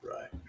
Right